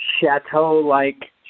chateau-like